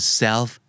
self